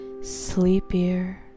sleepier